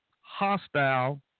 Hostile